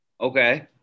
Okay